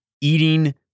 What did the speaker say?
eating